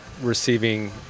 receiving